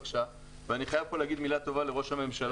ופה אני חייב להגיד מילה טובה לראש הממשלה.